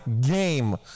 game